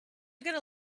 going